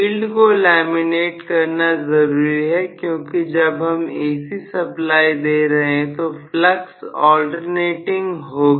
field को laminate करना जरूरी है क्योंकि जब हम AC सप्लाई दे रहे हैं तो फ्लक्स अल्टरनेटिंग होगी